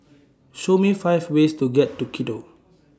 Show Me five ways to get to Quito